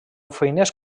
feines